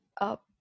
up